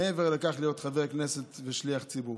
מעבר לכך שאתה חבר כנסת ושליח ציבור,